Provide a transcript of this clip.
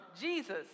Jesus